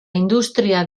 industria